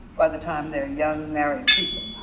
by the time they're young married people.